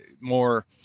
more